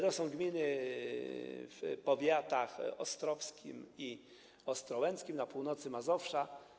To są gminy w powiatach ostrowskim i ostrołęckim na północy Mazowsza.